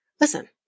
listen